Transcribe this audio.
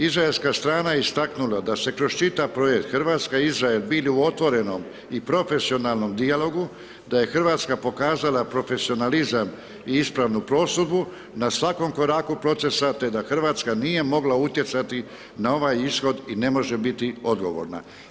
Izraelska strana je istaknula da se kroz čitav projekt Hrvatska-Izrael, bili u otvorenom i profesionalnom dijalogu, da je Hrvatska pokazala profesionalizam i ispravnu prosudbu, na svakom koraku procesa, te da Hrvatska nije mogla utjecati na ovaj ishod i ne može biti odgovorna.